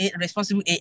responsible